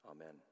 Amen